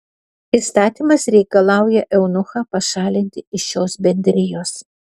įstatymas reikalauja eunuchą pašalinti iš šios bendrijos